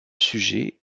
sujets